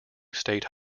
state